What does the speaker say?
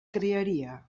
crearia